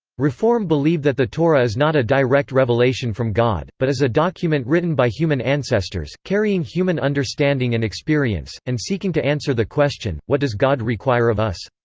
reform believe that the torah is not a direct revelation from god, but is a document written by human ancestors, carrying human understanding and experience, and seeking to answer the question what does god require of us.